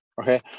Okay